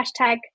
hashtag